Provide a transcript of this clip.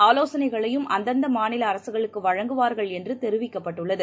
ஆலோசனைகளையும் அந்தந்த மாநில அரசுகளுக்கு வழங்குவாா்கள் என்று தெரிவிக்கப்பட்டுள்ளது